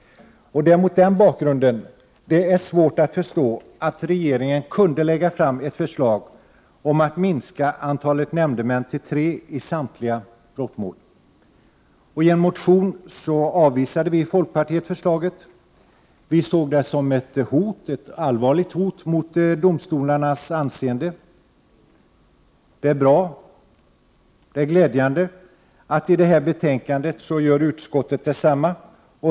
Det är mot den bakgrunden det är svårt att förstå att regeringen kunde Prot. 1988/89:120 lägga fram ett förslag om att minska antalet nämndemän till tre i samtliga 24 maj 1989 brottmål. I en motion avvisade vi i folkpartiet förslaget. Vi såg det som ett allvarligt hot mot domstolarnas anseende. Det är bra och glädjande att utskottet i detta betänkande gör detsamma.